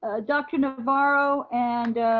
ah dr. navarro and